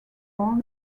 born